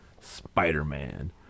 Spider-Man